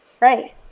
Right